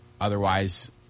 Otherwise